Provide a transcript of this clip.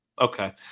Okay